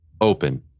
open